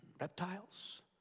reptiles